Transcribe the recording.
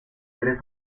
tres